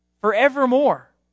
forevermore